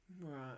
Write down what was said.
Right